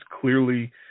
Clearly